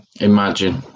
Imagine